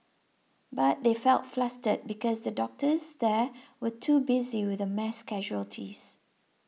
but they felt flustered because the doctors there were too busy with the mass casualties